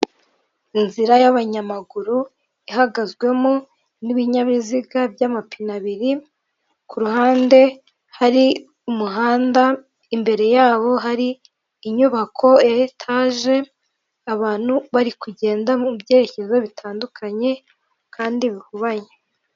Inzira y'abanyamaguru ihagazwemo n'ibinyabiziga by'amapine abiri ku ruhande hari umuhanda imbere yabo hari inyubako ya amagorofa abantu bari kugenda mu byerekezo bitandukanye kandi bihabanye .